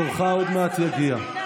תורך עוד מעט יגיע.